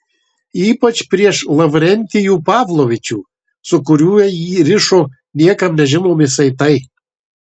ypač prieš lavrentijų pavlovičių su kuriuo jį rišo niekam nežinomi saitai